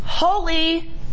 Holy